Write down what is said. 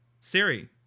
siri